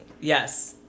Yes